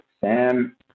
Sam